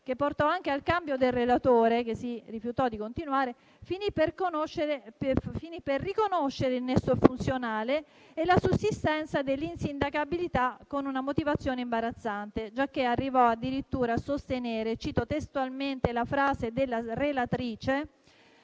che portò anche al cambio del relatore (che si rifiutò di continuare), finì per riconoscere il nesso funzionale e la sussistenza dell'insindacabilità con una motivazione imbarazzante, giacché arrivò addirittura a sostenere - cito testualmente la frase della relatrice